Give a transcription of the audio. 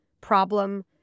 problem